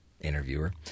interviewer